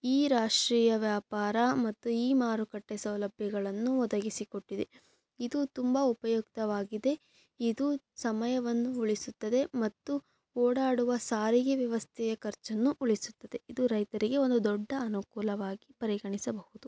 E ರಾಷ್ಟ್ರೀಯ ವ್ಯಾಪಾರ ಮತ್ತು ಇ ಮಾರುಕಟ್ಟೆ ಸೌಲಭ್ಯಗಳನ್ನು ಒದಗಿಸಿಕೊಟ್ಟಿದೆ ಇದು ತುಂಬ ಉಪಯುಕ್ತವಾಗಿದೆ ಇದು ಸಮಯವನ್ನು ಉಳಿಸುತ್ತದೆ ಮತ್ತು ಓಡಾಡುವ ಸಾರಿಗೆ ವ್ಯವಸ್ಥೆಯ ಖರ್ಚನ್ನು ಉಳಿಸುತ್ತದೆ ಇದು ರೈತರಿಗೆ ಒಂದು ದೊಡ್ಡ ಅನುಕೂಲವಾಗಿ ಪರಿಗಣಿಸಬಹುದು